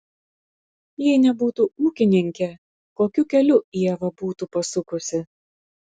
jei nebūtų ūkininkė kokiu keliu ieva būtų pasukusi